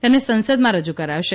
તેને સંસદમાં રજૂ કરાશે